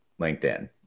LinkedIn